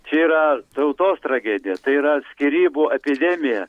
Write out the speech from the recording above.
čia yra tautos tragedija tai yra skyrybų epidemija